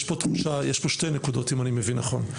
אם אני מבין נכון,